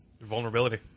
Vulnerability